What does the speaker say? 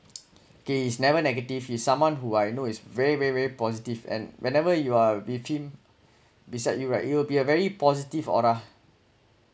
okay he's never negative he's someone who I know is very very very positive and whenever you are with him beside you right you will be a very positive aura